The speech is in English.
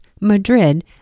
Madrid